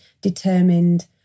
determined